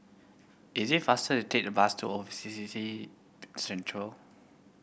is it faster to take the bus to O C B C Centre